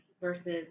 versus